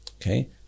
Okay